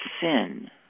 sin